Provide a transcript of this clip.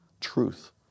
truth